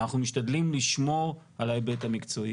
אנחנו משתדלים לשמור על ההיבט המקצועי.